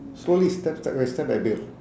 slowly step step by step I build